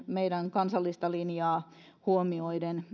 meidän kansallista linjaa positiivisesti huomioiden